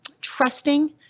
Trusting